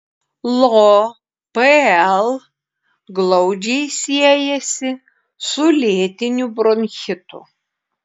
lopl glaudžiai siejasi su lėtiniu bronchitu